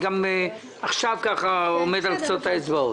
גם עכשיו אני ככה עומד על קצות האצבעות.